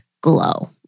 glow